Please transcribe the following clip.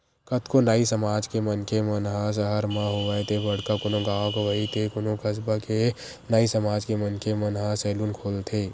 कतको नाई समाज के मनखे मन ह सहर म होवय ते बड़का कोनो गाँव गंवई ते कोनो कस्बा के नाई समाज के मनखे मन ह सैलून खोलथे